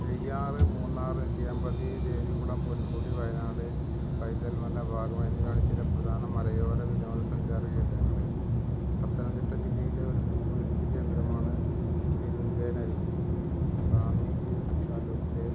നെയ്യാർ മൂന്നാർ നെല്ലിയാമ്പതി ദേവികുളം പൊന്മുടി വയനാട് പൈതൽമല വാഗമൺ എന്നിവയാണ് ചില പ്രധാന മലയോര വിനോദസഞ്ചാര കേന്ദ്രങ്ങൾ പത്തനംതിട്ട ജില്ലയിലെ ഒരു ടൂറിസ്റ്റ് കേന്ദ്രമാണ് പെരുന്തേനരുവി റാന്നിജി താലൂക്കിലെ